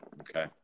Okay